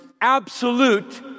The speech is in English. absolute